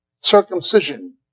circumcision